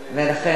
לא נכון,